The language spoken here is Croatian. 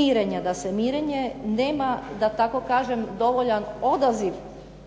mirenja, da se mirenje nema da tako kažem dovoljan odaziv